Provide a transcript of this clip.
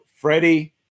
Freddie